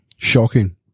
Shocking